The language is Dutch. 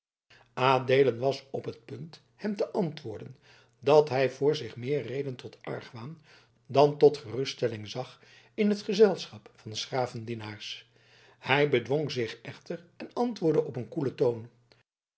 adeelen was op het punt hem te antwoorden dat hij voor zich meer reden tot argwaan dan tot geruststelling zag in het gezelschap van s graven dienaars hij bedwong zich echter en antwoordde op een koelen toon